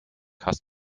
hast